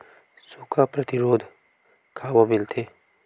सुखा प्रतिरोध कामा मिलथे?